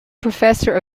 professor